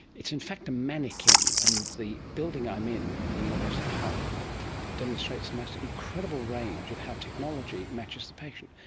in fact a manikin and the building i'm in in the university of hull demonstrates the most incredible range of how technology matches the patient.